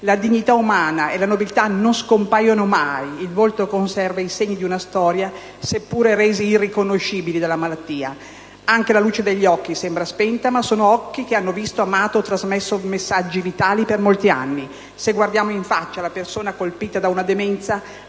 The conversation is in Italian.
la dignità umana e la nobiltà non scompaiono mai, il volto conserva i segni di una storia, seppure resi irriconoscibili dalla malattia. Anche la luce degli occhi sembra spenta, ma sono occhi che hanno visto, amato, trasmesso messaggi vitali per molti anni. Se guardiamo in faccia la persona colpita da una demenza,